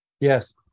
Yes